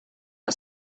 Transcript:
got